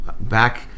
back